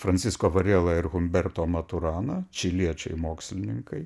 francisko varela ir humberto maturana čiliečiai mokslininkai